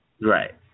Right